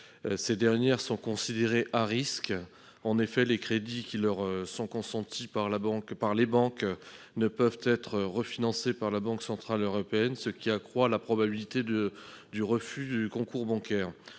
Ces dernières sont considérées « à risque », car les crédits qui leur sont consentis par les banques ne peuvent être refinancés par la Banque centrale européenne, ce qui accroît la probabilité du refus du concours bancaire.